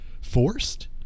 forced